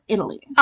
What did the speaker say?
Italy